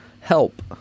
Help